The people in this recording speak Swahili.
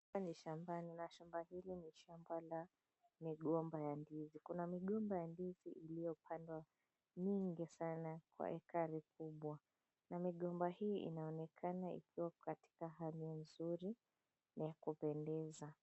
Hapa ni shambani na shamba hili ni shamba la migomba ya ndizi. Kuna mgomba ya ndizi iliyopandwa mingi sana kwa hekari kubwa na migomba hii inaonekana kuwa katika hali nzuri na yakupendeza.